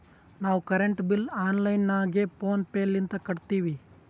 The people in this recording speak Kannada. ನಾವು ಕರೆಂಟ್ ಬಿಲ್ ಆನ್ಲೈನ್ ನಾಗ ಫೋನ್ ಪೇ ಲಿಂತ ಕಟ್ಟತ್ತಿವಿ